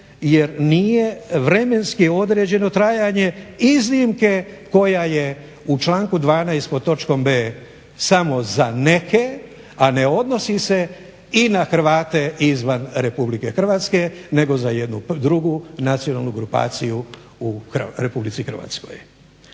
jer nije vremenski određeno trajanje iznimke koja je u članku 12. pod točkom b) samo za neke, a ne odnosi se i na Hrvate izvan Republike Hrvatske nego za jednu drugu nacionalnu grupaciju u Republici Hrvatskoj.